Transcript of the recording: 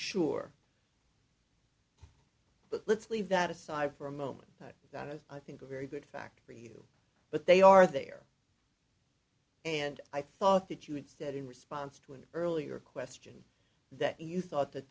sure but let's leave that aside for a moment but that is i think a very good fact for you but they are there and i thought that you instead in response to an earlier question that you thought that